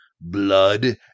Blood